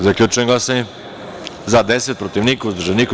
Zaključujem glasanje: za – 12, protiv – niko, uzdržan – niko.